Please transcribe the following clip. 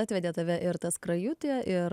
atvedė tave ir ta skrajutė ir